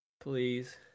Please